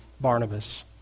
Barnabas